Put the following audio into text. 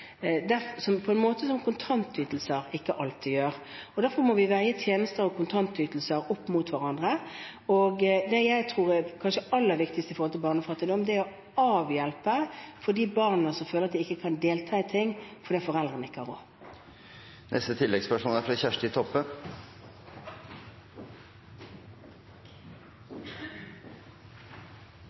på en måte som kontantytelser ikke alltid gjør. Derfor må vi veie tjenester og kontantytelser opp mot hverandre. Det jeg tror kanskje er det aller viktigste med tanke på barnefattigdom, er å hjelpe de barna som føler at de ikke kan delta i ting fordi foreldrene ikke har råd.